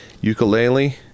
Ukulele